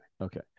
Okay